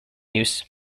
use